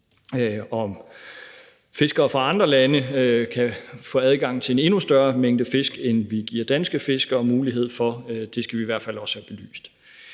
om fiskere fra andre lande kan få adgang til en endnu større mængde fisk, end vi giver danske fiskere mulighed for – det skal vi i hvert fald også have belyst.